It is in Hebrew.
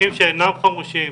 מאבטחים שאינם חמושים